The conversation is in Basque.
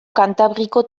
kantabriko